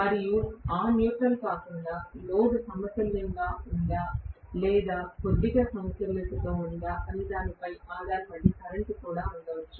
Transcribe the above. మరియు ఆ న్యూట్రల్ కాకుండా లోడ్ సమతుల్యంగా ఉందా లేదా కొద్దిగా అసమతుల్యతతో ఉందా అనే దానిపై ఆధారపడి కరెంట్ కూడా ఉండవచ్చు